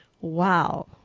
Wow